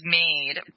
made